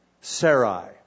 Sarai